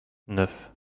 neuf